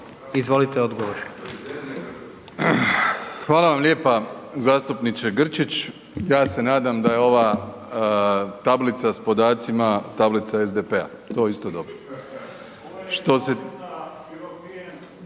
Andrej (HDZ)** Hvala vam lijepa zastupniče Grčić. Ja se nadam da je ova tablica s podacima, tablica SDP-a, to je isto dobro.